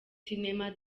cinema